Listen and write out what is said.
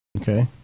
Okay